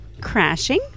crashing